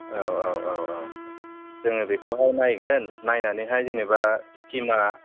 औ औ औ औ जोङो बेखौहाय नायगोन नायनानैहाय जेनबा स्किमआ